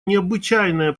необычайное